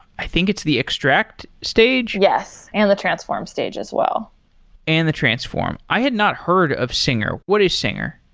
i think it's the extract stage? yes, and the transform stage as well and the transform. i had not heard of singer. what is singer?